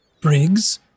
Briggs